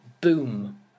boom